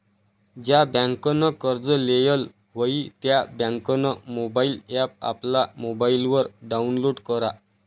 ज्या बँकनं कर्ज लेयेल व्हयी त्या बँकनं मोबाईल ॲप आपला मोबाईलवर डाऊनलोड करा